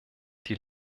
die